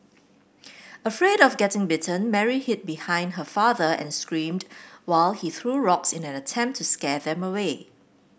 afraid of getting bitten Mary hid behind her father and screamed while he threw rocks in an attempt to scare them away